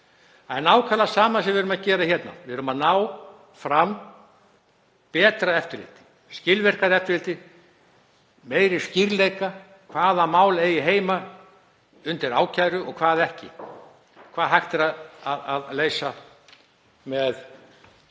orði?“ Nákvæmlega það sama erum við að gera hér. Við erum að ná fram betra eftirliti, skilvirkara eftirliti, meiri skýrleika, hvaða mál eigi heima undir ákæru og hver ekki, hvað hægt sé að leysa á